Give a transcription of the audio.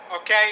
Okay